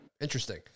Interesting